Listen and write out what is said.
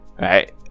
right